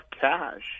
cash